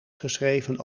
geschreven